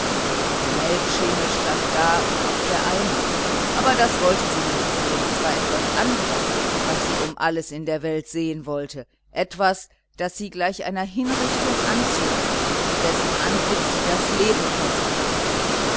der melkschemel stand da und auch der eimer aber das wollte sie nicht sehen es war etwas anderes was sie um alles in der welt sehen wollte etwas das sie gleich einer hinrichtung anzog und dessen anblick sie das leben kosten mußte